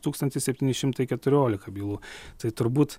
tūkstantis septyni šimtai keturiolika bylų tai turbūt